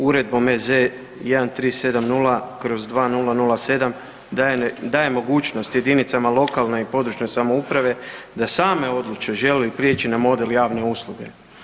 Uredbom EZ 1370/2007 daje mogućnost jedinicama lokalne i područne samouprave da same odluče žele li prijeći na model javne usluge.